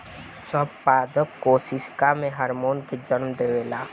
सब पादप कोशिका हार्मोन के जन्म देवेला